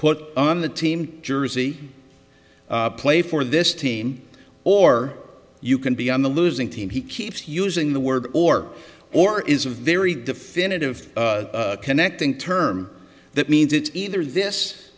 put on the team jersey play for this team or you can be on the losing team he keeps using the word or or is a very definitive connecting term that means it's either this